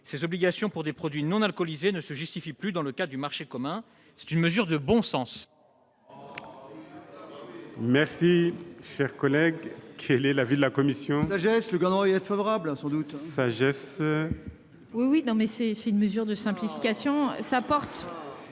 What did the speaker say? Ces obligations pour des produits non alcoolisés ne se justifient plus dans le cadre du marché commun. C'est une mesure de bon sens.